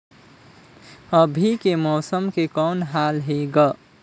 अभी के मौसम के कौन हाल हे ग?